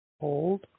Hold